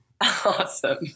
Awesome